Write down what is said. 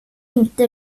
inte